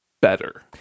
better